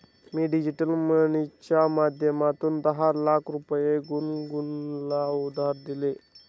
मी digital मनीच्या माध्यमातून दहा लाख रुपये गुनगुनला उधार दिले